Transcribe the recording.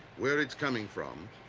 where it's coming from.